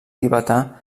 tibetà